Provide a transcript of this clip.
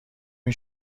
این